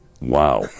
Wow